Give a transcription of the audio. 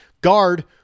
guard